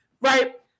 Right